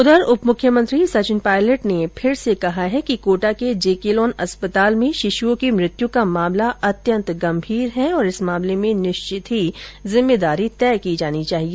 उधर उप मुख्यमंत्री सचिन पायलट ने आज फिर कहा कि कोटा के जे के लोन अस्पताल में शिशुओं की मृत्यु का मामला अत्यंत गंभीर है और इस मामले में निश्चत ही जिम्मेदारी तय की जानी चाहिए